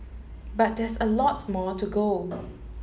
but there's a lot more to go